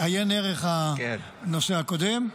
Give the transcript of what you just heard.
עיין ערך הנושא הקודם.